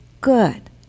Good